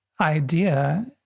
idea